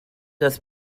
das